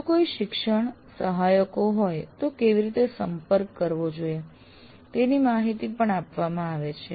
જો કોઈ શિક્ષણ સહાયકો હોય તો કેવી રીતે સંપર્ક કરવો જોઈએ તેની માહિતી પણ આપવામાં આવે છે